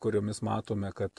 kuriomis matome kad